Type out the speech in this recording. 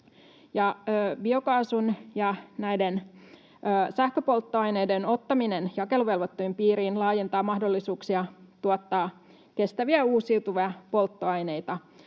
Biokaasun ja näiden sähköpolttoaineiden ottaminen jakeluvelvoitteen piiriin laajentaa mahdollisuuksia tuottaa kestäviä uusiutuvia polttoaineita.